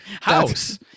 house